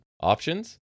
Options